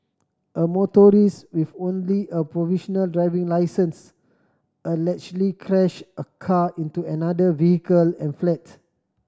a motorist with only a provisional driving licence allegedly crashed a car into another vehicle and fled